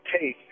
take